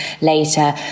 later